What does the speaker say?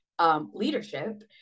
Leadership